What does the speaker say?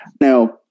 Now